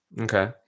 Okay